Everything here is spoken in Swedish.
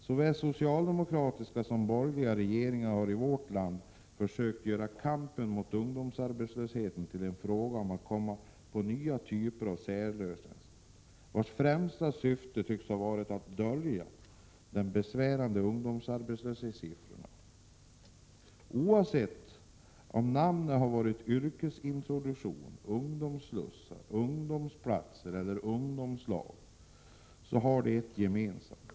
Såväl socialdemokratiska som borgerliga regeringar i vårt land har försökt göra kampen mot arbetslöshet till en fråga om att komma på nya typer av särlösningar, vilkas främsta syfte tycks ha varit att dölja de besvärande ungdomsarbetslöshetssiffrorna. Oavsett om namnet varit yrkesintroduktion, ungdomsslussar, ungdomsplatser eller ungdomslag har de ett gemensamt.